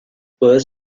باعث